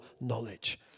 knowledge